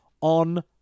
on